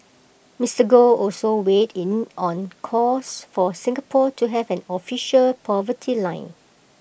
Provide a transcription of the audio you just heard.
Mister Goh also weighed in on calls for Singapore to have an official poverty line